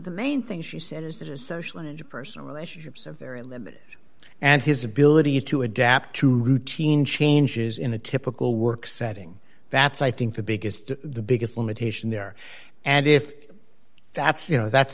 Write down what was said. the main thing she said is that his social and personal relationships are very limited and his ability to adapt to routine changes in a typical work setting that's i think the biggest the biggest limitation there and if that's you know that's